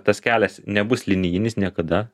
tas kelias nebus linijinis niekada